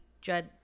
Judd